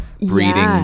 breeding